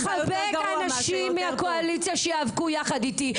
אחבק אנשים מהקואליציה שייאבקו יחד איתי.